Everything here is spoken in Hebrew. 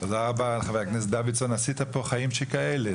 תודה רבה חבר הכנסת דוידסון, עשית פה חיים שכאלה.